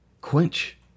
quench